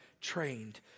trained